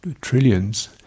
trillions